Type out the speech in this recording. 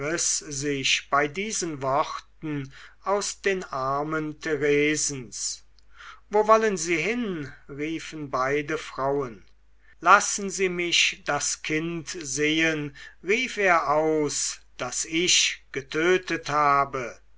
sich bei diesen worten aus den armen theresens wo wollen sie hin riefen beide frauen lassen sie mich das kind sehen rief er aus das ich getötet habe